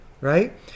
right